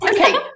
okay